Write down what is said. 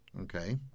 okay